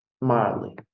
mildly